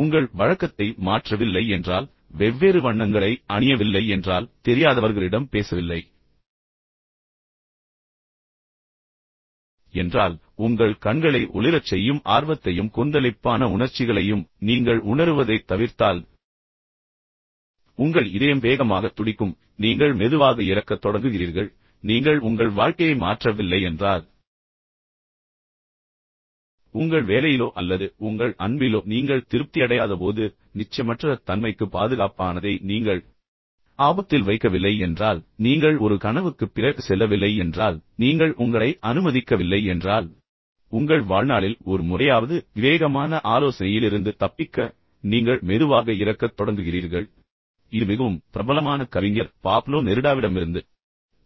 உங்கள் வழக்கத்தை மாற்றவில்லை என்றால் நீங்கள் வெவ்வேறு வண்ணங்களை அணியவில்லை என்றால் அல்லது உங்களுக்குத் தெரியாதவர்களிடம் பேசவில்லை என்றால் நீங்கள் மெதுவாக இறக்கத் தொடங்குகிறீர்கள் உங்கள் கண்களை ஒளிரச் செய்யும் ஆர்வத்தையும் கொந்தளிப்பான உணர்ச்சிகளையும் நீங்கள் உணருவதைத் தவிர்த்தால் உங்கள் இதயம் வேகமாக துடிக்கும் நீங்கள் மெதுவாக இறக்கத் தொடங்குகிறீர்கள் நீங்கள் உங்கள் வாழ்க்கையை மாற்றவில்லை என்றால் உங்கள் வேலையிலோ அல்லது உங்கள் அன்பிலோ நீங்கள் திருப்தி அடையாதபோது நிச்சயமற்ற தன்மைக்கு பாதுகாப்பானதை நீங்கள் ஆபத்தில் வைக்கவில்லை என்றால் நீங்கள் ஒரு கனவுக்குப் பிறகு செல்லவில்லை என்றால் நீங்கள் உங்களை அனுமதிக்கவில்லை என்றால் உங்கள் வாழ்நாளில் ஒரு முறையாவது விவேகமான ஆலோசனையிலிருந்து தப்பிக்க நீங்கள் மெதுவாக இறக்கத் தொடங்குகிறீர்கள் இது மிகவும் பிரபலமான கவிஞர் பாப்லோ நெருடாவிடமிருந்து